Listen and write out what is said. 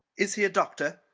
is he a doctor?